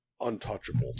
untouchable